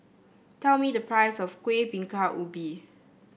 tell me the price of Kueh Bingka Ubi